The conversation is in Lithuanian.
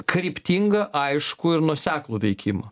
kryptingą aiškų ir nuoseklų veikimą